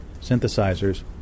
synthesizers